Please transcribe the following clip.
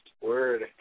Word